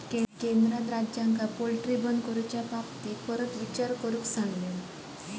केंद्रान राज्यांका पोल्ट्री बंद करूबाबत पुनर्विचार करुक सांगितलानी